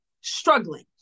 struggling